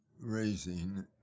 raising